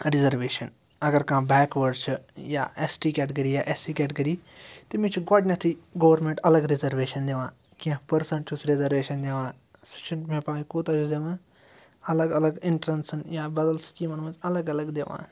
reservation اگر کانٛہہ backward چھِ یا ایس ٹی کیٹگٔری یا ایس سی کیٹگٔری تٔمِس چھِ گۄڈٕنیٚتھٕے گورمٮ۪نٛٹ الگ رِزَرویشَن دِوان کیٚنٛہہ پٔرسَنٛٹ چھُس رِزرویشَن دِوان سُہ چھُنہٕ مےٚ پَے کوٗتاہ چھُس دِوان الَگ الگ انٹرٛنسَن یا بدل سِکیٖمَن مَنٛز الگ الگ دِوان